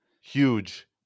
Huge